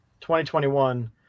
2021